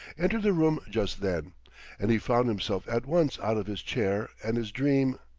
entered the room just then and he found himself at once out of his chair and his dream,